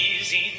easy